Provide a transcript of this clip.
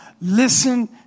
listen